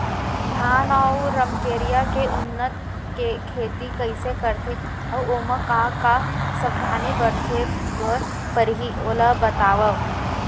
धान अऊ रमकेरिया के उन्नत खेती कइसे करथे अऊ ओमा का का सावधानी बरते बर परहि ओला बतावव?